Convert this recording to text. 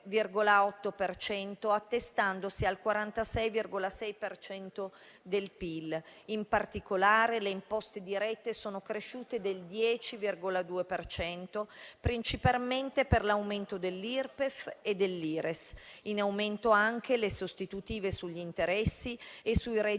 attestandosi al 46,6 per cento del PIL. In particolare, le imposte dirette sono cresciute del 10,2 per cento, principalmente per l'aumento dell'Irpef e dell'Ires; sono in aumento anche le sostitutive sugli interessi e sui redditi